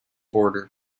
border